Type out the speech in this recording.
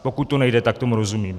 Pokud to nejde, tak tomu rozumím.